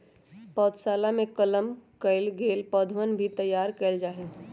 पौधशलवा में कलम कइल गैल पौधवन भी तैयार कइल जाहई